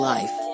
Life